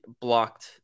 blocked